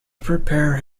prepare